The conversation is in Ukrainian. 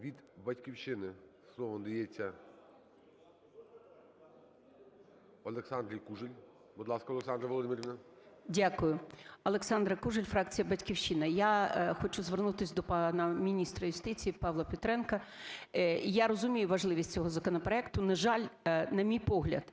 Від "Батьківщини" слово надається Олександрі Кужель. Будь ласка, Олександра Володимирівна. 10:29:29 КУЖЕЛЬ О.В. Дякую. Олександра Кужель, фракція "Батьківщина". Я хочу звернутися до пана міністра юстиції Павла Петренка. Я розумію важливість цього законопроекту. На жаль, на мій погляд